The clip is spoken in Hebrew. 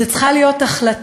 זו צריכה להיות החלטה,